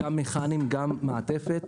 מכניים ומעטפת,